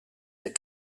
that